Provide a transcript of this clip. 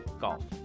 golf